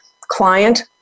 client